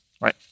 right